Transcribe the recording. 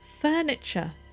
furniture